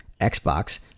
Xbox